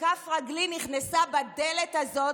שכף רגלי נכנסה בדלת הזאת,